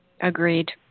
Agreed